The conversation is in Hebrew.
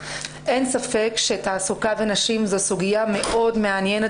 אין ספק שתעסוקה ונשים זו סוגיה מאוד מעניינת